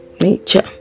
nature